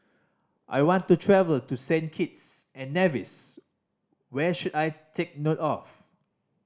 I want to travel to Saint Kitts and Nevis where should I take note of